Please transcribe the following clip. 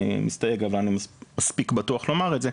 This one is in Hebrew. אני מסתייג אבל אני מספיק בטוח לומר את זה,